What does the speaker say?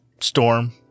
storm